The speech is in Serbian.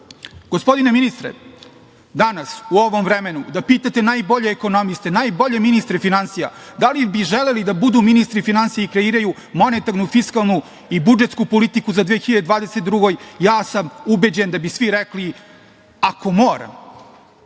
strani. Gospodine ministre, danas u ovom vremenu, da pitate najbolje ekonomiste, najbolje ministre finansija - da li bi želeli da budu ministri finansija i kreiraju monetarnu, fiskalnu i budžetsku politiku za 2022. godinu, ubeđen sam, da bi svi rekli – ako moram.